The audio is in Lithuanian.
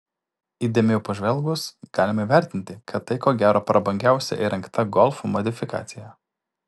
įdėmiau pažvelgus galima įvertinti kad tai ko gero prabangiausiai įrengta golf modifikacija